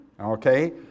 okay